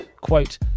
quote